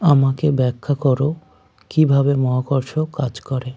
আমাকে ব্যাখ্যা করো কীভাবে মহাকর্ষ কাজ করে